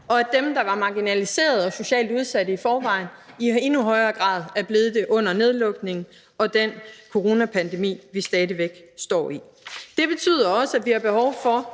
og om dem, der var meget marginaliserede og socialt udsatte i forvejen, og som i endnu højere grad er blevet det under nedlukningen og den coronapandemi, vi stadig væk står i. Det betyder også, at vi har behov for